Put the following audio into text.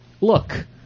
look